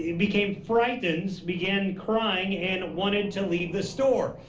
became frightened. began crying and wanted to leave the store.